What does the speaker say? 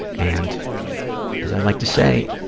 and as i like to say,